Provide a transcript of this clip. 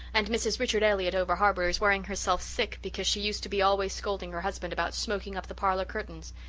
and mrs. richard elliott over-harbour is worrying herself sick because she used to be always scolding her husband about smoking up the parlour curtains.